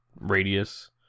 radius